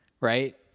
right